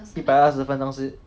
一百二十分钟是